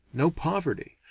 no poverty,